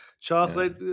chocolate